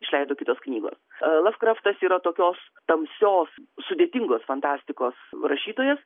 išleido kitos knygos lavkraftas yra tokios tamsios sudėtingos fantastikos rašytojas